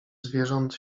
zwierząt